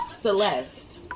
Celeste